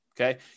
okay